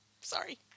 sorry